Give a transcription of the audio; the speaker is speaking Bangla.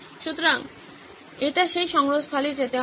সুতরাং এটি সেই সংগ্রহস্থলে যেতে থাকবে